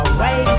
Away